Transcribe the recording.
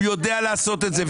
הוא יודע לעשות את זה.